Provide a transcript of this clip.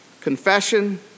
confession